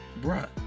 Bruh